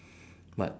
but